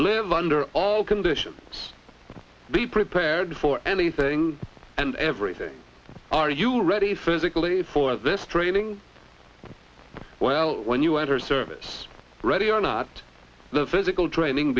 live under all conditions be prepared for anything and everything are you ready physically for this training well when you enter service ready or not the physical training